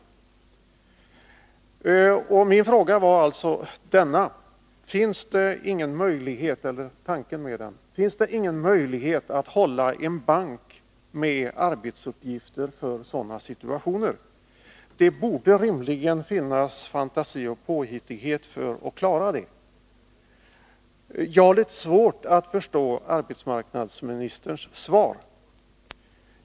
Tanken med min fråga var alltså denna: Finns det ingen möjlighet att hålla en bank med arbetsuppgifter för sådana här situationer? Det borde rimligen finnas fantasi och påhittighet för att klara det. Jag har litet svårt att förstå arbetsmarknadsministerns svar.